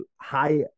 high